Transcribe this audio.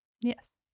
Yes